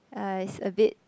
uh it's a bit